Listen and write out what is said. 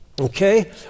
Okay